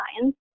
Science